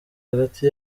hagati